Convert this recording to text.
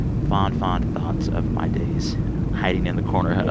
fond, fond thoughts of my days hiding in the corner of